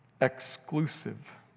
Exclusive